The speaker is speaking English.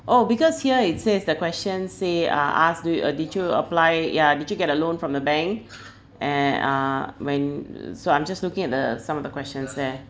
oh because here it says the question say ah ask do y~ uh did you apply yeah did you get a loan from the bank and uh when so I'm just looking at the some of the questions there